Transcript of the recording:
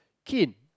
kill